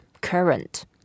current